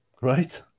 right